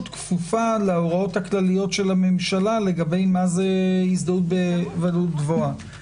כפופה להוראות הכלליות של הממשלה לגבי מה זה הזדהות בוודאות גבוהה.